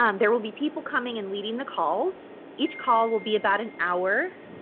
um there will be people coming and leading the calls. each call will be about an hour.